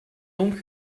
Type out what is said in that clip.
donc